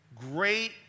great